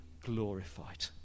glorified